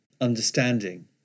understanding